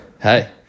Hey